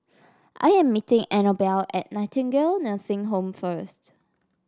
I am meeting Anabelle at Nightingale Nursing Home first